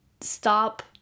stop